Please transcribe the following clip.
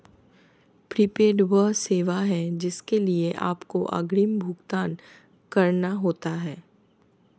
prepaid वह सेवा है जिसके लिए आपको अग्रिम भुगतान करना होता है